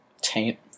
Taint